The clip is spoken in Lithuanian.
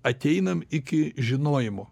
ateinam iki žinojimo